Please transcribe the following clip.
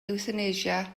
ewthanasia